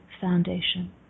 foundation